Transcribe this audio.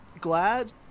glad